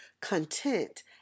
content